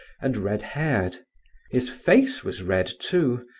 and red-haired his face was red, too,